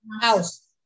House